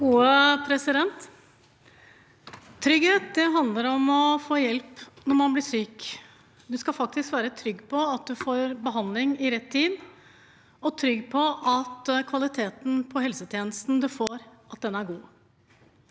(H) Trygghet handler om å få hjelp når man blir syk. Man skal faktisk være trygg på at man får behandling i rett tid, og på at kvaliteten på helsetjenesten man får, er god.